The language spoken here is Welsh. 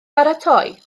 baratoi